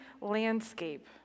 landscape